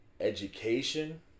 education